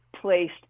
placed